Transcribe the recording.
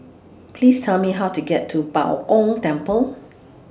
Please Tell Me How to get to Bao Gong Temple